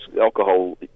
alcohol